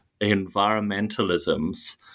environmentalisms